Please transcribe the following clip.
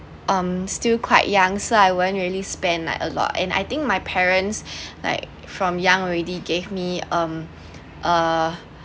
um still quite young so I won't really spend like a lot and I think my parents like from young already gave me um uh